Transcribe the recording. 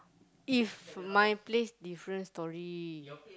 if my place different story